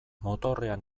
motorrean